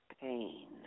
pain